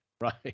Right